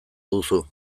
duzu